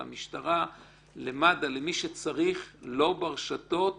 אל תפיץ את זה ברשתות,